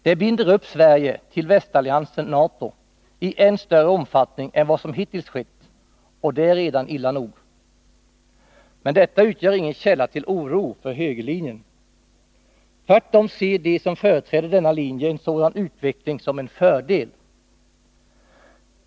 Det binder upp Sverige till västalliansen, NATO, i än större omfattning än vad som hittills skett, och det är redan illa nog. Men detta utgör ingen källa till oro för högerlinjen. Tvärtom ser de som företräder denna linje en sådan utveckling som en fördel.